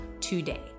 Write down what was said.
today